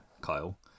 Kyle